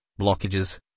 blockages